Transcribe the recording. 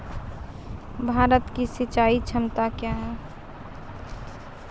भारत की सिंचाई क्षमता क्या हैं?